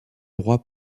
roi